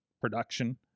production